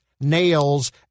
nails